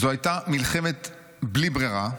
"זו הייתה מלחמה בלי ברירה,